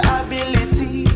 ability